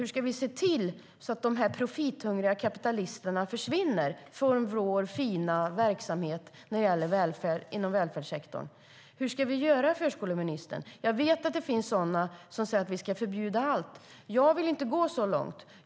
Hur ska vi se till att de profithungriga kapitalisterna försvinner från vår fina verksamhet inom välfärdssektorn? Hur ska vi göra, förskoleministern? Jag vet att det finns sådana som säger att vi ska förbjuda allt. Jag vill inte gå så långt.